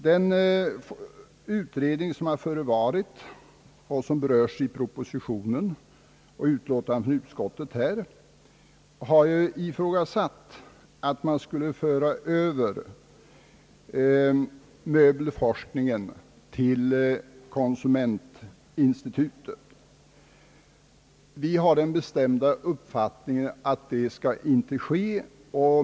Den utredning, som har förevarit och som berörts i propositionen och i detta utskottsutlåtande, har ifrågasatt att möbelforskningen skulle föras över till konsumentinstitutet. Vi har den bestämda uppfattningen att det inte skall ske.